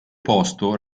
posto